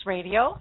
Radio